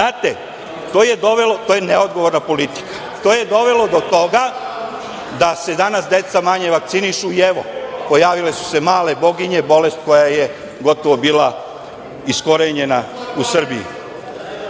Milano! To je neodgovorna politika. To je dovelo do toga da se danas deca manje vakcinišu i evo, pojavile su se male boginje, bolest koja je gotovo bila iskorenjena u Srbiji. Srbija